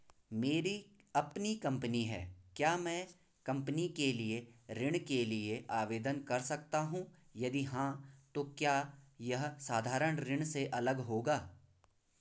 मेरी अपनी कंपनी है क्या मैं कंपनी के लिए ऋण के लिए आवेदन कर सकता हूँ यदि हाँ तो क्या यह साधारण ऋण से अलग होगा?